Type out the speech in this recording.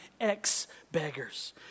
ex-beggars